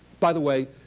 by the way,